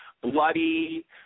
bloody